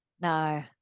no